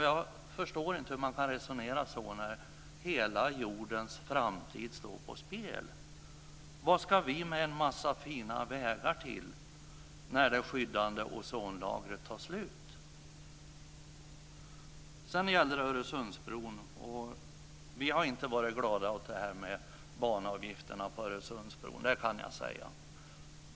Jag förstår inte hur man kan resonera så när hela jordens framtid står på spel. Vad ska vi med en massa fina vägar till när det skyddande ozonlagret tar slut? Sedan gällde det Öresundsbron. Vi har inte varit glada över det här med banavgifter på Öresundsbron, det kan jag säga.